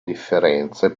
differenze